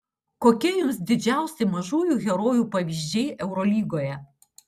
kokie jums didžiausi mažųjų herojų pavyzdžiai eurolygoje